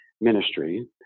ministry